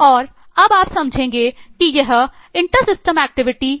और अब आप समझेंगे कि यह इंटरसिस्टम एक्टिविटी